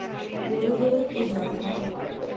গরুদেরও কি জ্বর হয়?